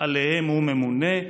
שעליהם הוא ממונה.